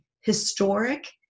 historic